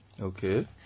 Okay